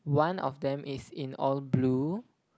one of them is in all blue